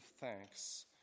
thanks